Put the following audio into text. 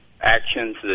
actions